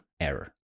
error